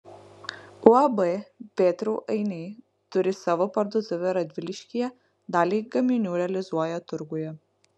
uab vėtrų ainiai turi savo parduotuvę radviliškyje dalį gaminių realizuoja turguje